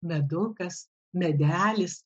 medukas medelis